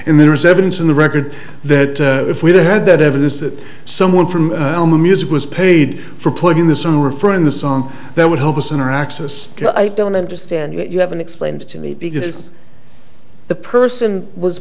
and there was evidence in the record that if we had that evidence that someone from our music was paid for putting this on referring the song that would help us in our access i don't understand it you haven't explained to me because the person was